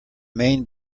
main